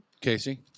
Casey